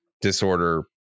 disorder